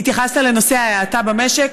התייחסת לנושא ההאטה במשק.